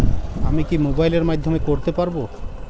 আমি কি মোবাইলের মাধ্যমে করতে পারব?